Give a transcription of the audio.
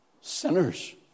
Sinners